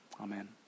amen